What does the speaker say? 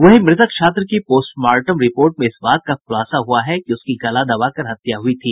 वहीं मृतक छात्र की पोर्स्टमार्टम रिपोर्ट में इस बात का खुलासा हुआ है कि उसकी गला दबाकर हत्या हुई थी